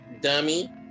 dummy